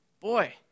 boy